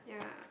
yeah